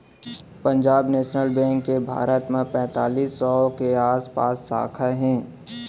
Punjab national bank के भारत म पैतालीस सौ के आसपास साखा हे